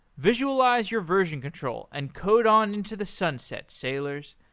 visualize your version control and code on into the sunset, sailors.